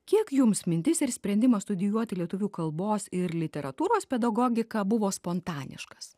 kiek jums mintis ir sprendimas studijuoti lietuvių kalbos ir literatūros pedagogiką buvo spontaniškas